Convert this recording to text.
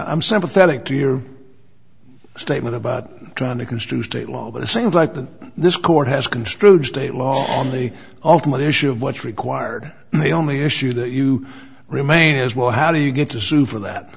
i'm sympathetic to your statement about trying to construe state law but it seems like that this court has construed state law on the ultimate issue of what's required and the only issue that you remain is well how do you get to sue for that